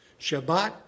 Shabbat